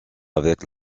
avec